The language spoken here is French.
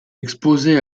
exposés